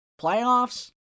playoffs